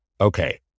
Okay